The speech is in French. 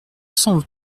cent